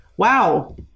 Wow